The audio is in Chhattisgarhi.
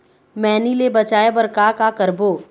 मैनी ले बचाए बर का का करबो?